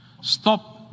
Stop